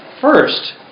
First